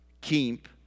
keep